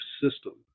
system